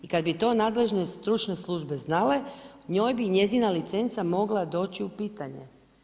I kad bi to nadležne stručne službe znale njoj bi njezina licenca mogla doći u pitanje.